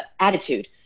attitude